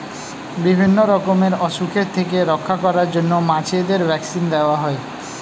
বিভিন্ন রকমের অসুখের থেকে রক্ষা করার জন্য মাছেদের ভ্যাক্সিন দেওয়া হয়